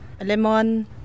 lemon